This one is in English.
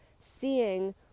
seeing